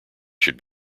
should